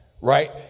right